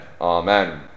Amen